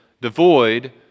devoid